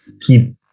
keep